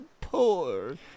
poor